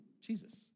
Jesus